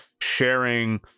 sharing